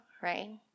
right